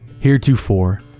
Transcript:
Heretofore